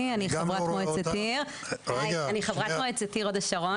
אני חברת מועצת העיר הוד השרון.